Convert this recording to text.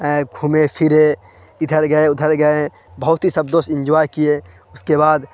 گھومے فرے ادھر گئے ادھر گئے بہت ہی سب دوست انجوائے کیے اس کے بعد